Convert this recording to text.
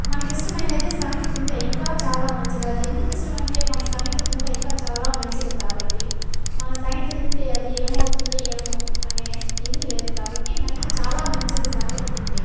మనకిష్టమైనది సంగటి తింటే ఇంకా చాలా మంచిది అది ఎందుకు ఇష్టం అంటే మన సంగటి తింటే ఇంకా చాలా మంచిది కాబట్టి మన సంగటి తింటే అది ఏమవుతుందో ఏమో అనే ఇది లేదు కాబట్టి మనకి చాలా మంచిది సంగటి తింటే